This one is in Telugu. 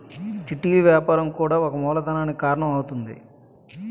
చిట్టీలు వ్యాపారం కూడా ఒక మూలధనానికి కారణం అవుతుంది